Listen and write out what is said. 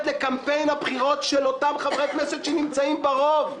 לקמפיין הבחירות של אותם חברי כנסת שנמצאים ברוב.